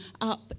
up